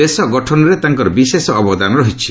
ଦେଶ ଗଠନରେ ତାଙ୍କର ବିଶେଷ ଅବଦାନ ରହିଛି